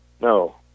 No